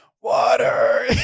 water